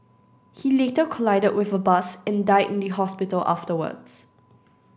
he later collided with a bus and died in the hospital afterwards